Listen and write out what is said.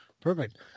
Perfect